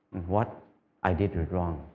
what i did was wrong.